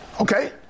Okay